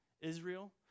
Israel